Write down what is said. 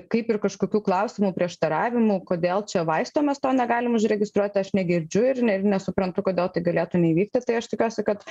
kaip ir kažkokių klausimų prieštaravimų kodėl čia vaisto mes to negalime užregistruoti aš negirdžiu ir ne nesuprantu kodėl tai galėtų neįvykti tai aš tikiuosi kad